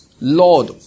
Lord